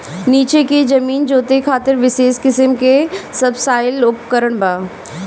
नीचे के जमीन जोते खातिर विशेष किसिम के सबसॉइल उपकरण बा